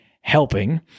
helping